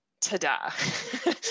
Ta-da